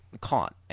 caught